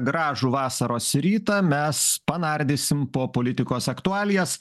gražų vasaros rytą mes panardysim po politikos aktualijas